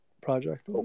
project